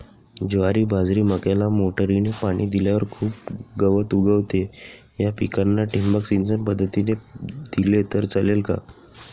ज्वारी, बाजरी, मक्याला मोटरीने पाणी दिल्यावर खूप गवत उगवते, या पिकांना ठिबक सिंचन पद्धतीने पाणी दिले तर चालेल का?